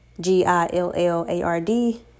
g-i-l-l-a-r-d